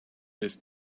his